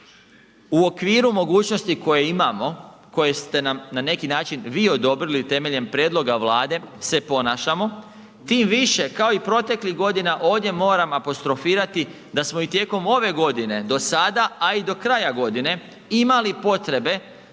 U okviru mogućnosti koje imamo, koje ste nam na neki način vi odobrili temeljem prijedloga Vlade se ponašamo tim više ovdje kao i proteklih godina ovdje moram apostrofirati da smo i tijekom ove godine do sada, a i do kraja godine imali potrebe